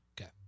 Okay